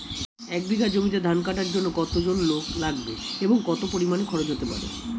এক বিঘা জমিতে ধান কাটার জন্য কতজন লোক লাগবে এবং কত পরিমান খরচ হতে পারে?